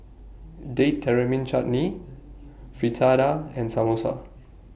Date Chutney Fritada and Samosa